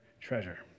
treasure